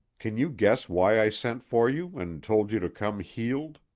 can you guess why i sent for you, and told you to come heeled?